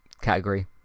category